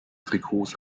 trikots